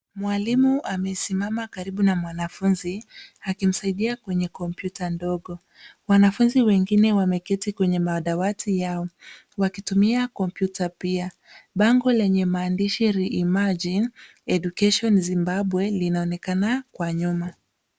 Mwalimu amesimama karibu na mwanafunzi akimsaidia kwenye kompyuta ndogo. Wanafunzi wengine wameketi kwenye madawati yao, wakitumia kompyuta pia. Bango lenye mandishi re-imagine education Zimbabwe linaonekana kwa nyuma.